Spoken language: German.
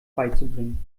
beizubringen